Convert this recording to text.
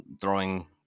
throwing